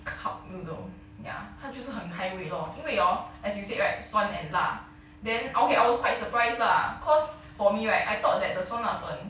cup noodle ya 它就是很 highway lor 因为 hor as you said right 酸 and 辣 then okay I was quite surprised lah cause for me right I thought that the 酸辣粉